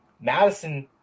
Madison